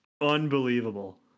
unbelievable